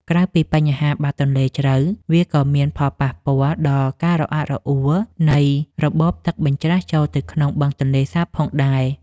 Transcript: ក្រៅពីបញ្ហាបាតទន្លេជ្រៅវាក៏មានផលប៉ះពាល់ដល់ការរអាក់រអួលនៃរបបទឹកបញ្ច្រាសចូលទៅក្នុងបឹងទន្លេសាបផងដែរ។